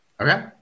Okay